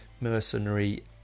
Mercenary